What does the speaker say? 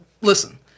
Listen